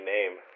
Name